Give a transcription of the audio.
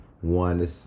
one